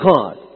God